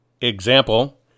example